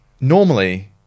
normally